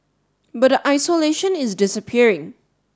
but the isolation is disappearing